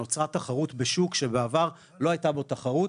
נוצרה תחרות בשוק שבעבר לא היתה בו תחרות,